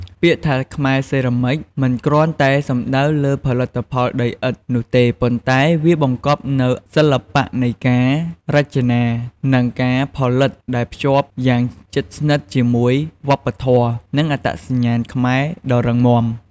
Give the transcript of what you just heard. ពាក្យថា "ខ្មែរសេរ៉ាមិច" មិនគ្រាន់តែសំដៅលើផលិតផលដីឥដ្ឋនោះទេ ប៉ុន្តែវាបង្កប់នូវសិល្បៈនៃការរចនា និងការផលិតដែលភ្ជាប់យ៉ាងជិតស្និទ្ធជាមួយវប្បធម៌ និងអត្តសញ្ញាណខ្មែរដ៏រឹងមាំ។